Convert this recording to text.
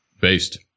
Based